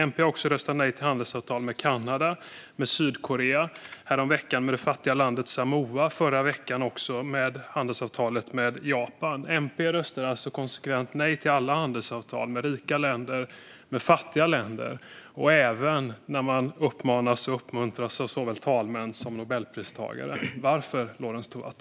MP har också röstat nej till handelsavtal med Kanada, Sydkorea, häromveckan med det fattiga landet Samoa och i förra veckan också med Japan. MP röstar alltså konsekvent nej till alla handelsavtal med rika länder och fattiga länder och även när man uppmanas och uppmuntras av såväl talmän som Nobelpristagare. Varför, Lorentz Tovatt?